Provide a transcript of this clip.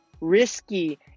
Risky